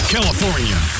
California